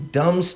dumb